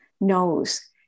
knows